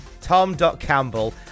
Tom.Campbell